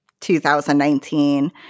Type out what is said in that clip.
2019